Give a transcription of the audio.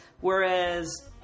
Whereas